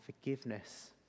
forgiveness